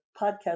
podcast